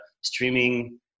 streaming